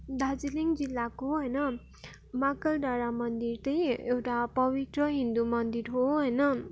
दार्जिलिङ जिल्लाको होइन महाकाल डाँडा मन्दिर चाहिँ एउटा पवित्र हिन्दू मन्दिर हो होइन